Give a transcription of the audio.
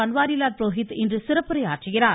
பன்வாரிலால் புரோஹித் இன்று சிறப்புரை ஆற்றுகிறார்